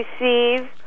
receive